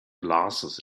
glasses